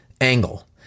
angle